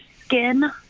skin